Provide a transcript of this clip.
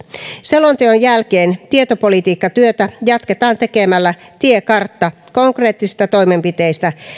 selonteon jälkeen tietopolitiikkatyötä jatketaan tekemällä tiekartta konkreettisista toimenpiteistä